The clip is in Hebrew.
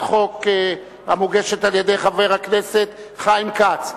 החוק המוגשת על-ידי חבר הכנסת חיים כץ,